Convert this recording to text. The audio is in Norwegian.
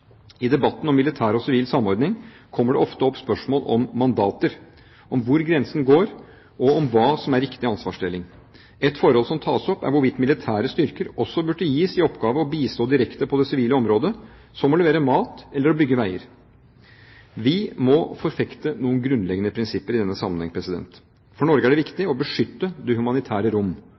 I debatten om militær og sivil samordning kommer det ofte opp spørsmål om mandater, om hvor grensen går, og om hva som er riktig ansvarsdeling. Ett forhold som tas opp, er hvorvidt militære styrker også burde gis i oppgave å bistå direkte på det sivile området – som å levere mat eller å bygge veier. Vi må forfekte noen grunnleggende prinsipper i denne sammenheng: For Norge er det viktig å beskytte det humanitære rom.